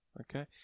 okay